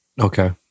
okay